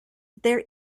there